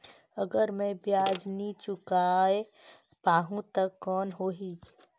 अगर मै ब्याज नी चुकाय पाहुं ता कौन हो ही?